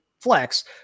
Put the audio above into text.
flex